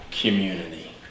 community